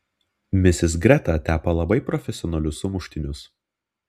misis greta tepa labai profesionalius sumuštinius